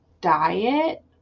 diet